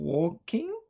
Walking